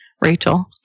Rachel